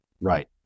Right